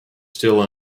still